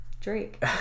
Drake